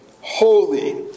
holy